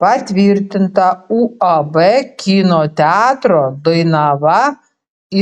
patvirtinta uab kino teatro dainava